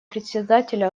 председателя